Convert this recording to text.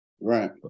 Right